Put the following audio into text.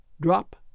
drop